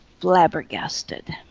flabbergasted